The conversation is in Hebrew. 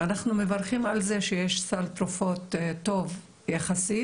אנחנו מברכים על זה שיש סל תרופות טוב יחסית,